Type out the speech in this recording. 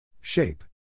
Shape